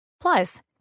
Plus